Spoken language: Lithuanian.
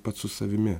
pats su savimi